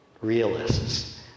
realists